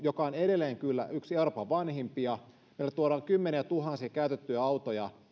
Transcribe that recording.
joka on edelleen kyllä yksi euroopan vanhimpia meille tuodaan kymmeniätuhansia käytettyjä autoja